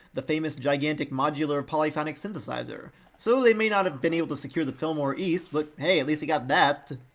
the famous gigantic modular polyphonic synthesizer, so they may not have been able to secure the fillmore east, but hey, at least they got that!